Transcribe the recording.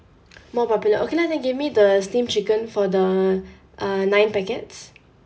more popular okay lah then give me the steamed chicken for the uh nine packets